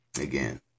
again